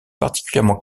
particulièrement